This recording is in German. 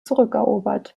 zurückerobert